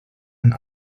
and